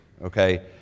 Okay